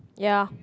yeah